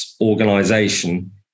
organization